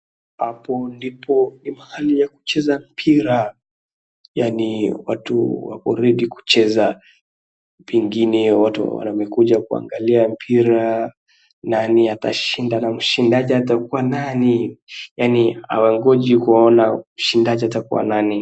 Apo ndipo ni mahali ya kucheza mpira yaani watu wako ready kucheza pengine watu wamekuja kuangalia mpira nani atashinda na mshindaji atakua nani yani hawangoji kuona mshindaji atakua nani.